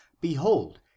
behold